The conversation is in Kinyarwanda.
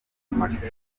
amashusho